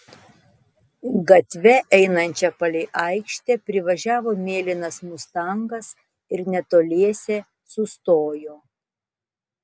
gatve einančia palei aikštę privažiavo mėlynas mustangas ir netoliese sustojo